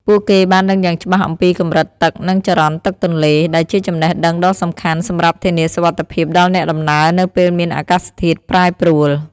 ពួកគេបានដឹងយ៉ាងច្បាស់អំពីកម្រិតទឹកនិងចរន្តទឹកទន្លេ ដែលជាចំណេះដឹងដ៏សំខាន់សម្រាប់ធានាសុវត្ថិភាពដល់អ្នកដំណើរនៅពេលមានអាកាសធាតុប្រែប្រួល។